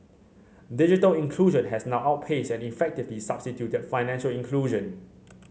digital inclusion has now outpaced and effectively substituted financial inclusion